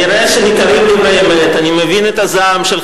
אתם רואים היום את התוצאות.